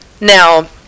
Now